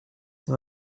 это